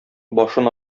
башын